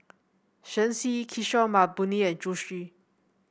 Shen Xi Kishore Mahbubani and Zhu Xu